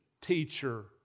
teacher